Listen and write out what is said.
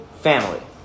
Family